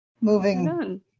moving